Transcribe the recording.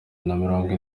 namirongo